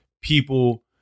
people